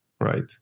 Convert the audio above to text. Right